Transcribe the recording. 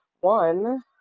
one